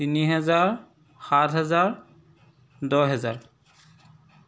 তিনি হেজাৰ সাত হেজাৰ দহ হেজাৰ